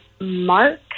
Mark